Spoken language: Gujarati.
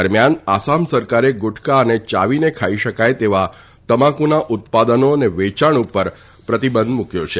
દરમિયાન આસામ સરકારે ગુટખા અને યાવીને ખાઇ શકાય તેવા તમાકુના ઉત્પાદનો અને વેયાણ ઉપર પ્રતિબંધ મુકયો છે